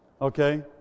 Okay